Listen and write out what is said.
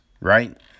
right